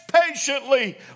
patiently